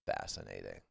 fascinating